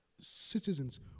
citizens